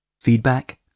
Feedback